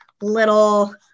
little